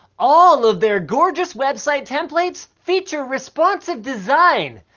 all of their gorgeous website templates, feature responsive design!